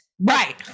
right